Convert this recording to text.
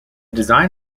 design